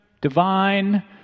divine